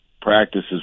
practices